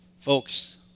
Folks